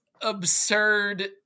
absurd